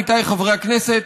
עמיתיי חברי הכנסת,